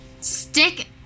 Stick